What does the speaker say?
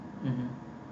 mmhmm